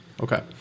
okay